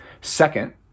Second